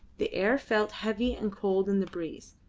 the air felt heavy and cold in the breeze,